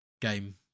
game